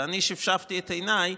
ואני שפשפתי את עיניי,